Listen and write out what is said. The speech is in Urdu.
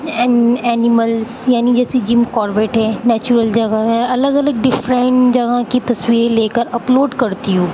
این اینیملس یعنی جیسے جم کاربٹ ہے نیچورل جگہ ہے الگ الگ ڈفرنٹ جگہ کی تصویر لے کر اپلوڈ کرتی ہوں